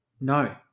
no